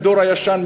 מהדור הישן,